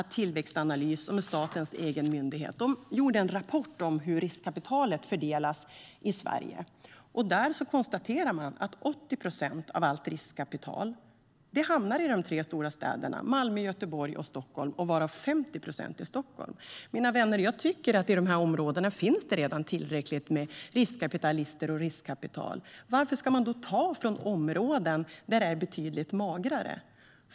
Tillväxtanalys, som är statens egen myndighet, har gjort en rapport om hur riskkapitalet fördelas i Sverige och konstaterar där att 80 procent av allt riskkapital hamnar i de tre stora städerna Malmö, Göteborg och Stockholm, varav 50 procent i Stockholm. Mina vänner, jag tycker att det redan finns tillräckligt med riskkapitalister och riskkapital i de här områdena. Varför ska man då ta från områden där det är betydligt magrare?